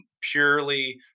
purely